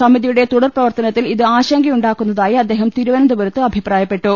സമിതിയുടെ തുടർപ്രവർത്തനത്തിൽ ഇത് ആശങ്കയുണ്ടാക്കുന്നതായി അദ്ദേഹം തിരുവനന്തപുരത്ത് അഭിപ്രായപ്പെട്ടു